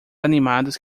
animados